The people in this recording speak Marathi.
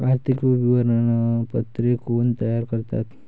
आर्थिक विवरणपत्रे कोण तयार करतात?